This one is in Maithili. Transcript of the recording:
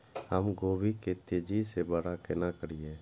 हम गोभी के तेजी से बड़ा केना करिए?